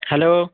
hello